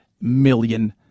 million